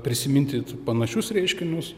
prisiminti panašius reiškinius